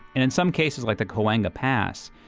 and in some cases like the coanda pass,